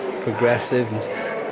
progressive